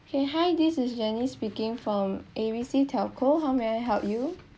K hi this is janice speaking from A B C telco how may I help you